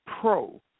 Pro